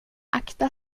akta